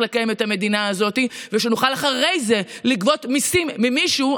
לקיים את המדינה הזאת ושנוכל אחרי זה לגבות מיסים ממישהו,